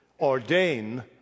ordain